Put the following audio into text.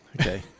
Okay